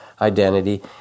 identity